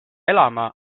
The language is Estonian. elama